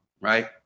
right